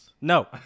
No